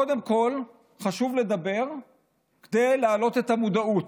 קודם כול חשוב לדבר כדי להעלות את המודעות.